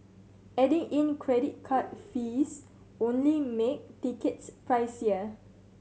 adding in credit card fees only make tickets pricier